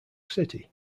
city